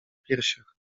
piersiach